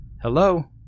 Hello